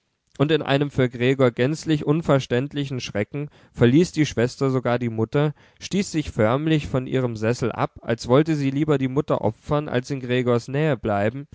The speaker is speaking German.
und in einem für gregor gänzlich unverständlichen schrecken verließ die schwester sogar die mutter stieß sich förmlich von ihrem sessel ab als wollte sie lieber die mutter opfern als in gregors nähe bleiben